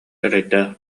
эрэйдээх